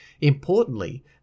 Importantly